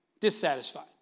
dissatisfied